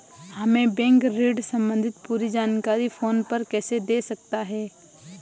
हमें बैंक ऋण संबंधी पूरी जानकारी फोन पर कैसे दे सकता है?